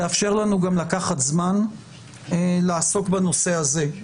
תאפשר לנו גם לקחת זמן לעסוק בנושא הזה.